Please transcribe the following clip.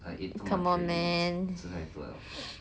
come on man